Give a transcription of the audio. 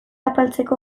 apaltzeko